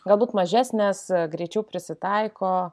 galbūt mažesnės greičiau prisitaiko